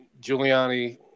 Giuliani